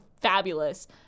fabulous